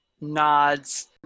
nods